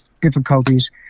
difficulties